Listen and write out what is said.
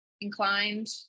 inclined